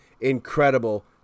incredible